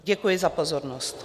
Děkuji za pozornost.